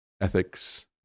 ethics